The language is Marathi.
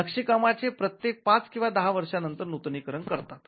नक्षीकामाचे प्रत्येक ५ किंवा १० वर्षाने नूतनीकन करतात